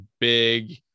big